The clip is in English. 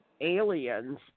aliens